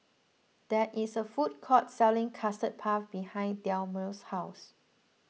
there is a food court selling Custard Puff behind Delmus' house